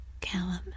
Callum